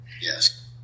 yes